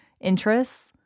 interests